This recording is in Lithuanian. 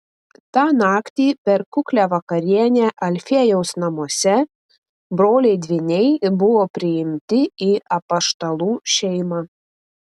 tą naktį per kuklią vakarienę alfiejaus namuose broliai dvyniai buvo priimti į apaštalų šeimą